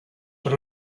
per